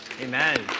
Amen